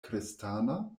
kristana